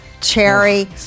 cherry